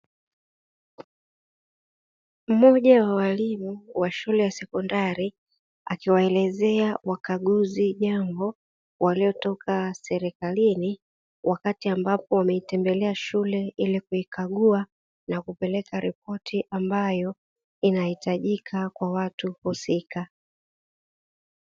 Mmoja wa walimu wa shule ya sekondari akiwaelezea wakaguzi jambo waliotoka serikalini, wakati ambapo wameitembelea shule ili kuikagua na kupeleka ripoti ambayo inahitajika na watu husika.